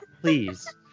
please